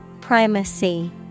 Primacy